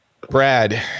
Brad